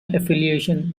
affiliation